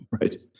Right